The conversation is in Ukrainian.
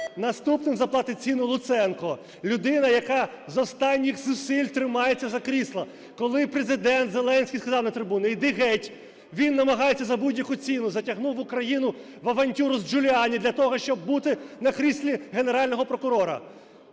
Наступним заплатить ціну Луценко – людина, яка з останніх зусиль тримається за крісло. Коли Президент Зеленський сказав на трибуні "іди геть", він намагається за будь-яку ціну, затягнув Україну в авантюру з Джуліані для того, щоб бути на кріслі Генерального прокурора.